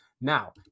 now